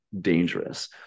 dangerous